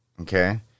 Okay